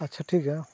ᱟᱪᱪᱷᱟ ᱴᱷᱤᱠ ᱜᱮᱭᱟ